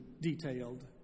detailed